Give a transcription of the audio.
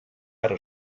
ara